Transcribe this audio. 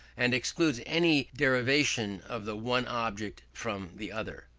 and excludes any derivation of the one object from the other.